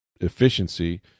efficiency